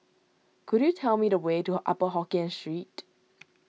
could you tell me the way to Upper Hokkien Street